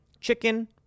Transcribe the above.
chicken